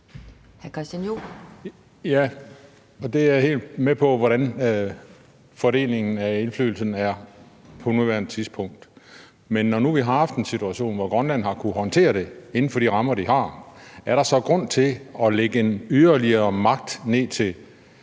Ja, jeg er helt med på, hvordan fordelingen af indflydelsen er på nuværende tidspunkt. Men når nu vi har haft en situation, hvor Grønland har kunnet håndtere det inden for de rammer, de har, er der så grund til at placere yderligere magt hos